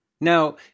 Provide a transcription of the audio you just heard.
Now